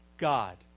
God